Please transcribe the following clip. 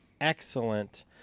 excellent